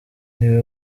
niwe